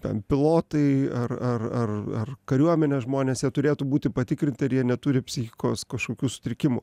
ten pilotai ar ar ar ar kariuomenės žmonės jie turėtų būti patikrinti ar jie neturi psichikos kažkokių sutrikimų